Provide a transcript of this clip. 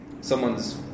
someone's